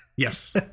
yes